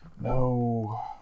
No